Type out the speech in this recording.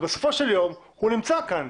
בסופו של יום הוא נמצא כאן,